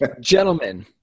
gentlemen